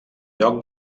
lloc